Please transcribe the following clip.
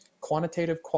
quantitative